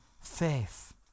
faith